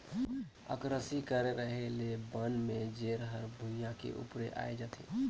अकरासी करे रहें ले बन में जेर हर भुइयां के उपरे आय जाथे